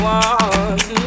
one